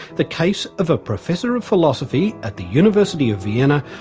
the case of a professor of philosophy at the university of vienna,